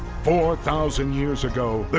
four thousand years ago, but